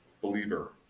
Believer